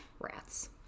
Rats